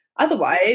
Otherwise